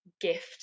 gift